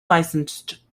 licensed